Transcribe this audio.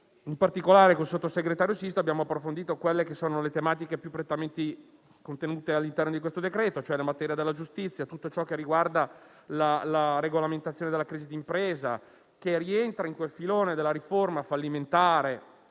In particolare, con il sottosegretario Sisto abbiamo approfondito le tematiche contenute all'interno di questo decreto, la materia della giustizia e tutto ciò che riguarda la regolamentazione della crisi d'impresa, che rientra nel filone della riforma fallimentare